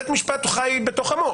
בית משפט חי בתוך עמו.